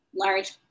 large